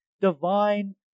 divine